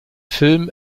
film